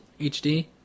HD